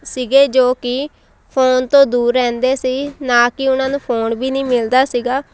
ਸੀਗੇ ਜੋ ਕਿ ਫੋਨ ਤੋਂ ਦੂਰ ਰਹਿੰਦੇ ਸੀ ਨਾ ਕਿ ਉਹਨਾਂ ਨੂੰ ਫੋਨ ਵੀ ਨਹੀਂ ਮਿਲਦਾ ਸੀਗਾ